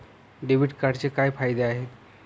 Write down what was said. Debit कार्डचे काय फायदे आहेत?